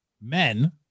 men